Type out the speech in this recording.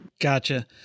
Gotcha